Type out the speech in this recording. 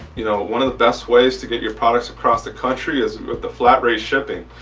you know one of the best ways to get your products across the country is with the flat rate shipping.